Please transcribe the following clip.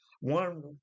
one